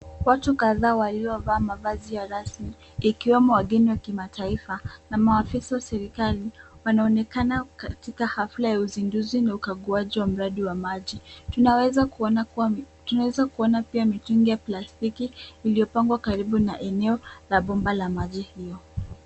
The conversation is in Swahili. Watu kadhaa waliovaa mavazi ya rasmi, ikiwemo wageni wa kimataifa na maafisa wa serikali, wanaonekana katika hafla ya uzinduzi na ukaguaji wa mradi wa maji. Tunaweza kuona kuwa, tunaweza kuona pia mitungi ya plastiki iliyopangwa karibu na eneo la bomba la maji hio.